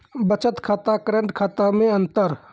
बचत खाता करेंट खाता मे अंतर?